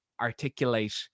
articulate